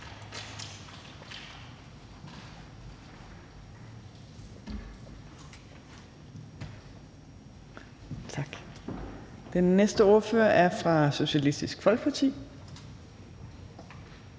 Den næste ordfører er fra Socialistisk Folkeparti,